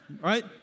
right